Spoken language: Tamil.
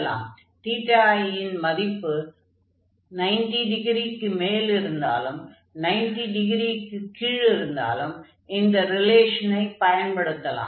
i ன் மதிப்பு 90 டிகிரிக்கு மேல் இருந்தாலும் 90 டிகிரிக்குக் கீழ் இருந்தாலும் இந்த ரிலேஷனை பயன்படுத்தலாம்